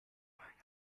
wearing